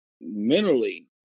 mentally